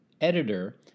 editor